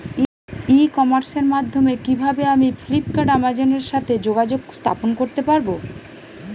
ই কমার্সের মাধ্যমে কিভাবে আমি ফ্লিপকার্ট অ্যামাজন এর সাথে যোগাযোগ স্থাপন করতে পারব?